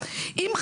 ואם,